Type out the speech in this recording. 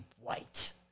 white